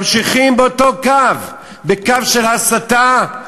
ממשיכים באותו קו, בקו של הסתה,